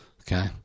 Okay